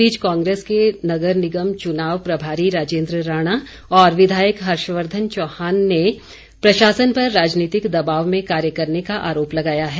इस बीच कांग्रेस के नगर निगम चुनाव प्रभारी राजेन्द्र राणा और विधायक हर्षवर्धन चौहान ने प्रशासन पर राजनीतिक दबाव में कार्य करने का आरोप लगाया है